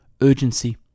Urgency